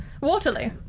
Waterloo